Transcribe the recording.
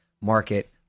market